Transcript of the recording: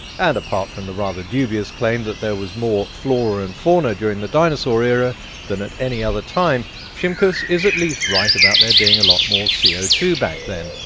and apart from the rather dubious claim that there was more flora and fauna during the dinosaur era than at any other time shimkus is at least right about there being a lot more c o two back then.